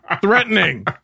threatening